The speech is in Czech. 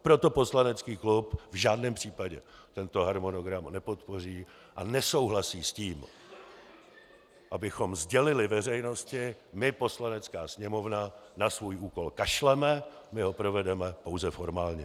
Proto poslanecký klub v žádném případě tento harmonogram nepodpoří a nesouhlasí s tím, abychom sdělili veřejnosti: My, Poslanecká sněmovna, na svůj úkol kašleme, my ho provedeme pouze formálně.